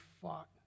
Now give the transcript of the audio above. fought